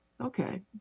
Okay